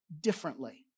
differently